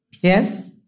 Yes